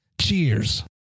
Cheers